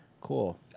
Cool